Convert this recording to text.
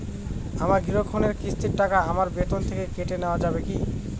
আমার গৃহঋণের কিস্তির টাকা আমার বেতন থেকে কেটে নেওয়া যাবে কি?